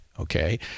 Okay